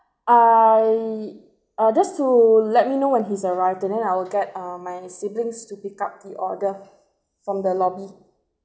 I orders do let me know when he's arrived and then I will get a my siblings to pick up the order from the lobby